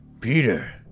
Peter